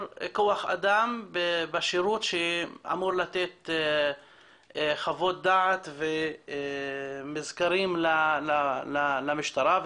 כוח אדם בשירות שאמור לתת חוות דעת ומזכרים למשטרה,